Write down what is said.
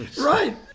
Right